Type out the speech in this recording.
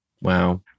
Wow